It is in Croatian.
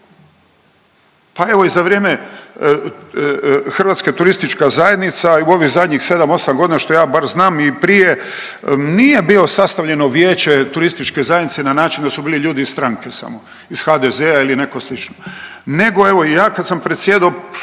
Pa evo i za vrijeme, HTZ i u ovih zadnjih 7.-8.g. što ja bar znam i prije nije bio sastavljeno vijeće TZ-a na način da su bili ljudi iz stranke samo, iz HDZ-a ili neko slično, nego evo i ja kad sam predsjedao,